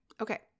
Okay